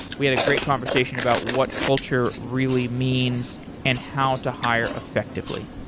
we had a great conversation about what culture really means and how to hire effectively.